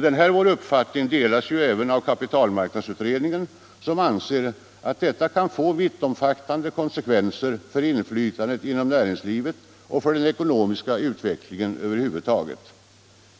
Denna vår uppfattning delas även av kapitalmarknadsutredningen, som anser att detta kan få vittomfattande konsekvenser för inflytandet inom näringslivet och för den ekonomiska utvecklingen över huvud taget.